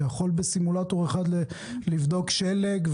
אתה יכול בסימולטור אחד לבדוק שלג,